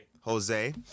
Jose